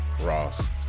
Ross